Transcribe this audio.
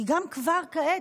כי כבר כעת,